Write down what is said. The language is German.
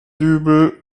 dübel